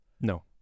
No